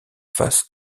face